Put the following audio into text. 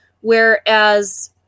Whereas